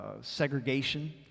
segregation